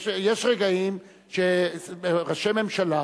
יש רגעים שראשי ממשלה,